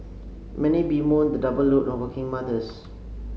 many bemoan the double load on working mothers